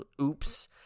oops